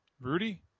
Rudy